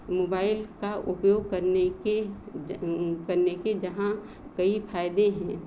mobile का उपयोग करने के करने के जहाँ कई फ़ायदे हैं